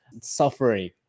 suffering